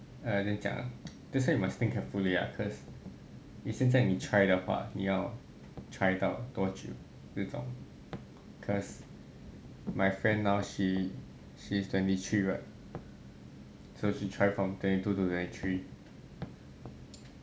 uh 怎么样讲啊 that's why you must think carefully lah cause 你现在你 try 的话你要 try 到多久这种 cause my friend now she she's twenty three right so she try from twenty two to twenty three